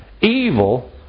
evil